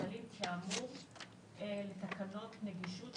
ובלבד שהוא יושב במקום שהוקצה לכיסא הגלגלים כאמור בתקנות נגישות,